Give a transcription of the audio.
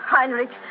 Heinrich